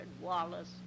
Wallace